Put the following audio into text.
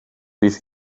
bydd